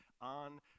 on